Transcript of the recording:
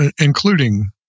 including